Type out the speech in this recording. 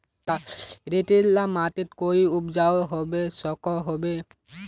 रेतीला माटित कोई उपजाऊ होबे सकोहो होबे?